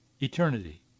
eternity